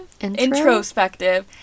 introspective